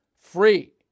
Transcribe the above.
free